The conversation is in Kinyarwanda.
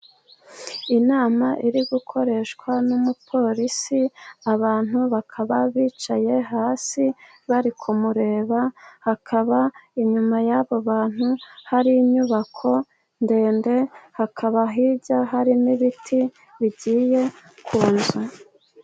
Inama iri gukoreshwa n'umupolisi abantu bakaba bicaye hasi bari kumureba, hakaba inyuma y'abo bantu hari inyubako ndende hakaba hirya hari n'ibiti bigiye ku nzu.